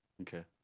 Okay